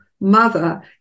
mother